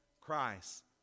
Christ